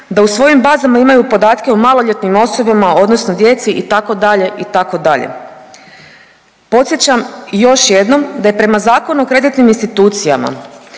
da u svojim bazama imaju podatke o maloljetnim osobama odnosno djeci itd., itd.. Podsjećam još jednom da je prema Zakonu o kreditnim institucijama